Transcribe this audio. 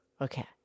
Okay